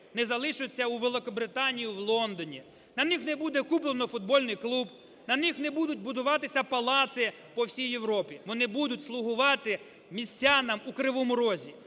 не залишаться у Великобританії в Лондоні. На них не буде куплено футбольний клуб, на них не будуть будуватися палаци по всій Європі, вони будуть слугувати містянам у Кривому Розі.